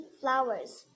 flowers